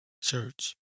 church